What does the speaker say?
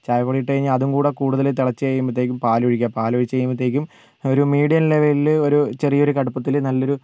ചായപ്പൊടി ഇട്ട് കഴിഞ്ഞാൽ അതും കൂടെ കൂടുതൽ തിളച്ച് കഴിയുമ്പോഴത്തേക്കും പാലൊഴിക്കുക പാലൊഴിച്ച് കഴിയുമ്പോഴത്തേക്കും ഒരു മീഡിയം ലെവല്ല് ഒരു ചെറിയൊരു കടുപ്പത്തിൽ നല്ലൊരു